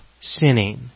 sinning